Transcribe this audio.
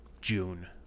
June